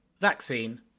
Vaccine